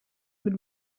mit